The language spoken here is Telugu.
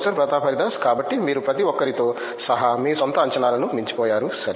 ప్రొఫెసర్ ప్రతాప్ హరిదాస్ కాబట్టి మీరు ప్రతి ఒక్కరితో సహా మీ స్వంత అంచనాలను మించిపోయారు